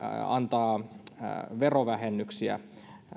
antaa verovähennyksiä